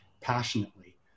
passionately